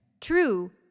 True